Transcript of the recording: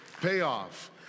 payoff